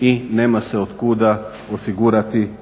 i ne mase od kuda osigurati druga